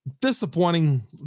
disappointing